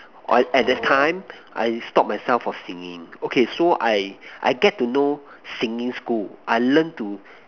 at the time I stop myself from singing okay so I I get to know singing school I learn to